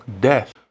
death